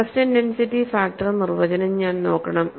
stress intensity factor നിർവചനം ഞാൻ നോക്കണം